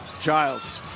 Giles